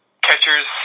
catcher's